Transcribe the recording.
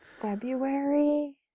February